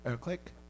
Click